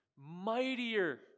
mightier